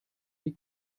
die